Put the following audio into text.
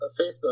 Facebook